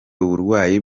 uburwayi